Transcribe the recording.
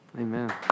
Amen